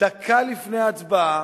דקה לפני ההצבעה.